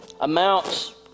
Amounts